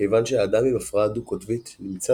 כיוון שהאדם עם הפרעה דו-קוטבית נמצא